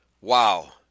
Wow